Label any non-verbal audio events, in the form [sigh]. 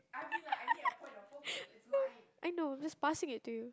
[laughs] I know I'm just passing it to you